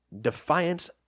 Defiance